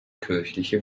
kirchliche